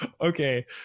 Okay